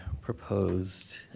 proposed